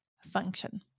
Function